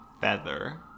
Feather